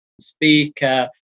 speaker